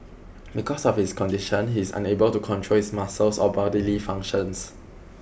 because of his condition he is unable to control his muscles or bodily functions